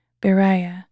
Beriah